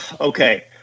Okay